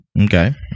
Okay